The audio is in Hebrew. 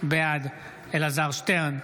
בעד אלעזר שטרן,